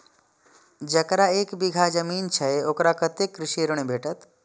जकरा एक बिघा जमीन छै औकरा कतेक कृषि ऋण भेटत?